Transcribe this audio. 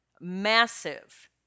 massive